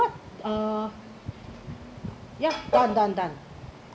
what uh ya done done done